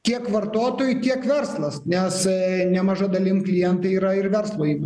tiek vartotojai tiek verslas nes nemaža dalim klientai yra ir verslo įmonės